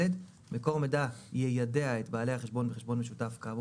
מקור מידע יידע את בעלי החשבון בחשבון משותף כאמור